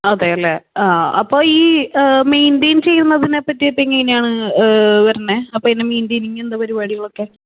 അതെ അല്ലെ ആ അപ്പോൾ ഈ മെയിൻടെയിൻ ചെയ്യുന്നതിനെ പറ്റിയൊക്കെ എങ്ങനെയാണ് വരുന്നത് അപ്പോൾ ഇത് മെയിൻടെയിനിങ് എന്താ പരിപാടികളൊക്കെ